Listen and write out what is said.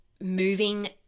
moving